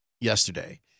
Yesterday